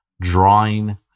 drawing